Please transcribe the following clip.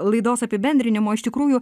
laidos apibendrinimo iš tikrųjų